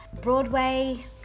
Broadway